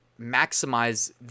maximize